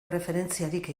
erreferentziarik